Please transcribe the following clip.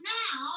now